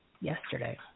yesterday